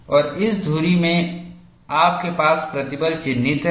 और इस धुरी में आपके पास प्रतिबल चिह्नित है